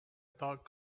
thought